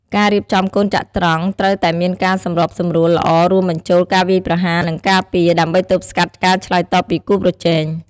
ការរៀបចំកូនចត្រង្គត្រូវតែមានការសម្របសម្រួលល្អ រួមបញ្ចូលការវាយប្រហារ និងការពារ ដើម្បីទប់ស្កាត់ការឆ្លើយតបពីគូប្រជែង។